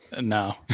No